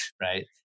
right